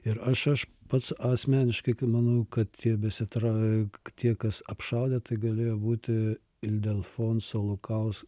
ir aš aš pats asmeniškai kai manau kad tebesitrau tie kas apšaudė tai galėjo būti ildefonso lukausko